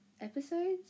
episodes